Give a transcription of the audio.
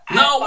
no